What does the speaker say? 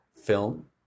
film